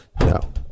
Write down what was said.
No